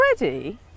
already